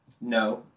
No